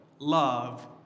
Love